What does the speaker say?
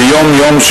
ויום-יום,